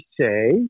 say